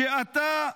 שאתה,